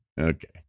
Okay